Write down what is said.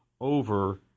over